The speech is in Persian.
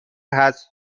هست